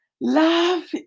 Love